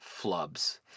flubs